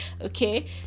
okay